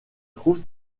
trouve